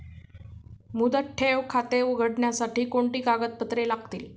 मुदत ठेव खाते उघडण्यासाठी कोणती कागदपत्रे लागतील?